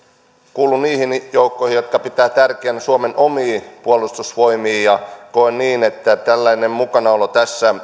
kuulun niihin joukkoihin jotka pitävät tärkeänä suomen omia puolustusvoimia ja koen niin että tällainen mukanaolo